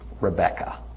Rebecca